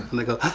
and they go,